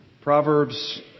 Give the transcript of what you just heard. Proverbs